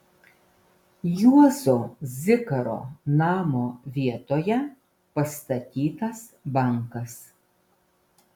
juozo zikaro namo vietoje pastatytas bankas